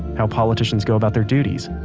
how politicians go about their duties,